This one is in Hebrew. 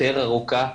יותר ארוכה,